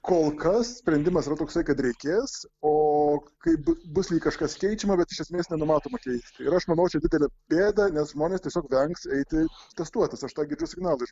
kol kas sprendimas yra toksai kad reikės o kaip bus bus lyg kažkas keičiama bet iš esmės nenumatoma keisti ir aš manau čia didelė bėda nes žmonės tiesiog vengs eiti testuotis aš tą girdžiu signalą